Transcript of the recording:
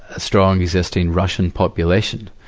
ah strong existing russian population,